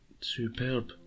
superb